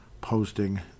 posting